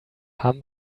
haben